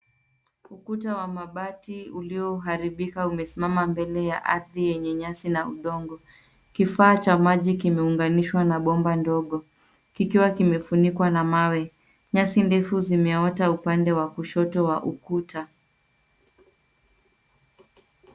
Ukuta wa mabati ulioharibika umesimama mbele ya ardhi yenye nyasi na udongo. Kifaa cha maji kimeunganishwa na bomba ndogo kikiwa kimefunikwa na mawe. Nyasi ndefu zimeota upande wa kushoto wa ukuta.